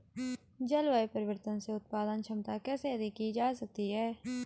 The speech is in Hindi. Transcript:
जलवायु परिवर्तन से उत्पादन क्षमता कैसे अधिक की जा सकती है?